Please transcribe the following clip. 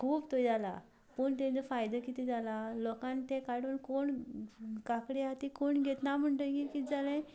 खूब थंय जालां पूण ताचो फायदो कितें जाला लोकान ते काडून कोण काकडी आसा ती कोण घेना म्हणटकच कितें जालें